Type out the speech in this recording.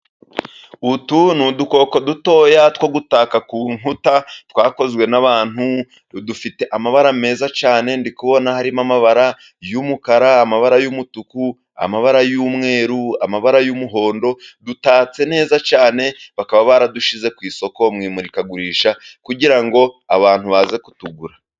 Utu ni udukoko duto two gutaka ku nkuta twakozwe n'abantu. Dufite amabara meza cyane ndikubona harimo amabara y'umukara, amabara y'umutuku, amabara y'umweru, amabara y'umuhondo. Dutatse neza cyane bakaba baradushyize ku isoko mu imurikagurisha kugira ngo abantu bazaze kutugura.